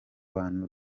bantu